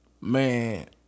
Man